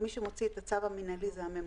מי שמוציא את הצו המינהלי הוא הממונה.